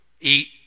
Eat